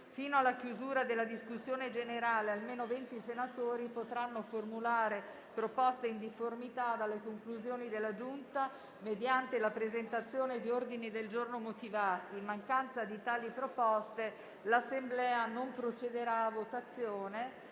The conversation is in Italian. fino alla chiusura della discussione, almeno venti senatori possono formulare proposte in difformità dalle conclusioni della Giunta mediante la presentazione di ordini del giorno motivati. In mancanza di tali proposte l'Assemblea non procederà a votazione,